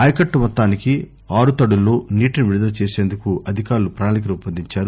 ఆయకట్టు మొత్తానికి ఆరుతడుల్లో నీటిని విడుదల చేసేందుకు అధికారులు ప్రణాళిక రూపొందించారు